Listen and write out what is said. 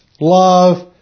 love